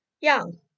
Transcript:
Young